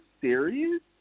serious